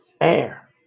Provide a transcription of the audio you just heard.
Air